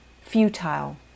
futile